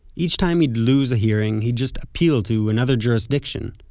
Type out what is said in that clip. each time he'd lose a hearing, he'd just appeal to another jurisdiction.